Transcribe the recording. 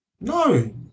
No